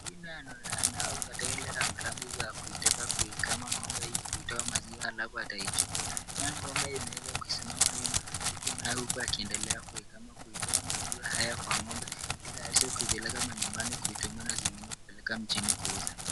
Huyu nayo ako katika ile rambirambi ya kuitaka kuikama ng'ombe hii kuitoa maziwa alafu ataichukua, naye ng'ombe imeweza kusimama wima huku naye akiendelea kuikama kuitoa maziwa haya kwa ng'ombe ili aweze kuipeleka manyumbani kuitumia na ingine kuipeleka mjini kuuza.